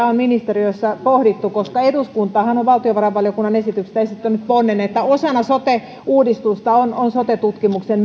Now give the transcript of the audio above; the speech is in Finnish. on ministeriössä pohdittu koska eduskuntahan on valtiovarainvaliokunnan esityksestä esittänyt ponnen että osana sote uudistusta on on sote tutkimuksen